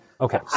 Okay